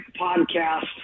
podcast